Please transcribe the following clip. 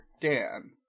Dan